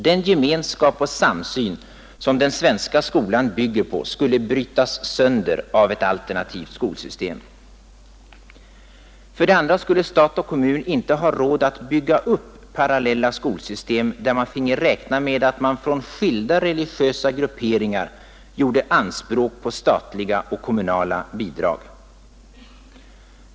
Den gemenskap och samsyn som den svenska skolan bygger på skulle brytas sönder av ett alternativt skolsystem. För det andra skulle stat och kommun inte ha råd att bygga upp parallella skolsystem, där man finge räkna med att man från skilda religiösa grupperingar gjorde anspråk på statliga och kommunala bidrag.